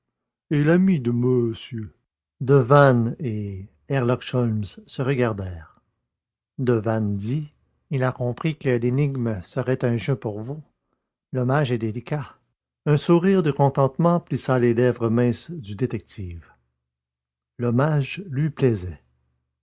et l'ami de monsieur devanne et herlock sholmès se regardèrent devanne dit il a compris que l'énigme serait un jeu pour vous l'hommage est délicat un sourire de contentement plissa les lèvres minces du détective l'hommage lui plaisait